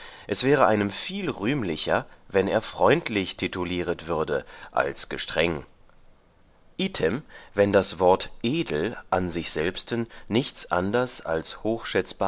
es wäre einem viel rühmlicher wann er freundlich titulieret würde als gestreng item wann das wort edel an sich selbsten nichts anders als